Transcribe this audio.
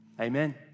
Amen